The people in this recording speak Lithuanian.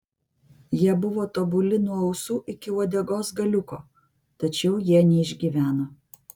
jie buvo tobuli nuo ausų iki uodegos galiuko tačiau jie neišgyveno